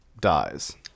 dies